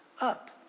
up